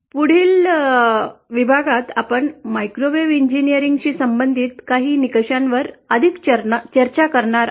पुढील विभागात आपण मायक्रोवेव्ह इंजिनीअरिंगशी संबंधित काहीतरी निकषांवर अधिक चर्चा करणार आहोत